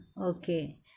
okay